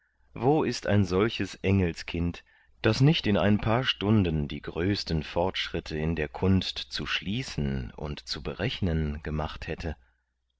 wo ist ein solches engelskind das nicht in ein paar stunden die größten fortschritte in der kunst zu schließen und zu berechnen gemacht hätte